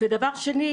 דבר שני,